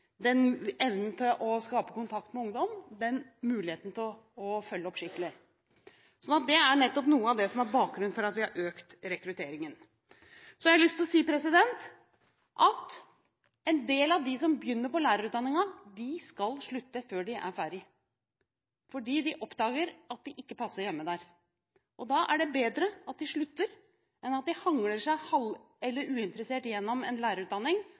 den faglige interessen, evnen til å skape kontakt med ungdom og muligheten til å følge dem opp skikkelig. Det er nettopp noe av bakgrunnen for at vi har økt rekrutteringen. En del av dem som begynner på lærerutdanningen, skal slutte før de er ferdige, fordi de oppdager at de ikke hører hjemme der. Da er det bedre at de slutter enn at de hangler seg halv- eller uinteressert gjennom en lærerutdanning,